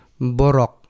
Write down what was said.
borok